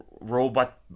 robot